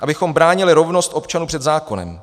Abychom bránili rovnost občanů před zákonem.